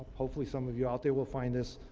hopefully, some of you out there will find this